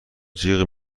جیغ